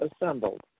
assembled